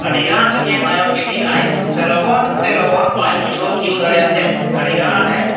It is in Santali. ᱟᱹᱰᱤ ᱜᱟᱱ ᱜᱮ ᱛᱟᱭᱚᱢ ᱤᱫᱤᱜ ᱟᱭ ᱥᱮ ᱞᱚᱜᱚᱱ ᱛᱮ ᱞᱚᱜᱚᱱ ᱵᱟᱭ ᱵᱩᱡᱷᱟᱹᱣ ᱛᱤᱭᱳᱜ ᱫᱟᱲᱮᱭᱟᱜ ᱛᱮ ᱟᱹᱰᱤᱜᱟᱱᱮ